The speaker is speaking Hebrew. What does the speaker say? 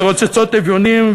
הרוצצות אביונים,